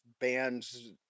bands